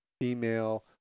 female